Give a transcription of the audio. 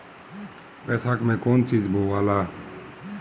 बैसाख मे कौन चीज बोवाला?